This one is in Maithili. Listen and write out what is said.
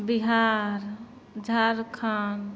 बिहार झारखण्ड